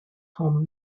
home